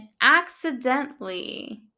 accidentally